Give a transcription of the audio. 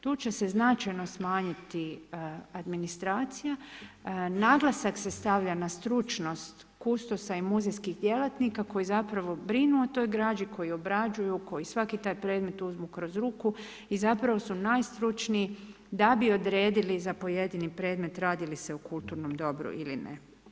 Tu će se značajno smanjiti administracija, naglasak se stavlja na stručnost kustosa i muzejskih djelatnika koji zapravo brinu o toj građi, koji obrađuju, koji svaki taj predmet uzmu kroz ruku i zapravo su najstručniji da bi odredili za pojedini predmet radi li se o kulturnom dobru ili ne.